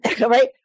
right